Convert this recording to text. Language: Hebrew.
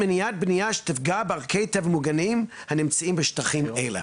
מניעת בנייה שתפגע בערכי טבע מוגנים הנמצאים בשטחים אלה.